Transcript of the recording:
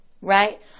Right